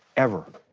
ever.